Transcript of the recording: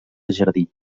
jardí